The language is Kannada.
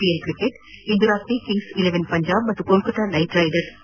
ಐಪಿಎಲ್ ಕ್ರಿಕೆಟ್ ಇಂದು ರಾತ್ರಿ ಕಿಂಗ್ಲ್ ಇಲೆವೆನ್ ಪಂಜಾಬ್ ಮತ್ತು ಕೊಲ್ಲತ್ತಾ ನೈಟ್ ರೈಡರ್ಸ್ ಹಣಾಹಣಿ